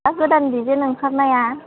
दा गोदान डिजाइन ओंखारनाया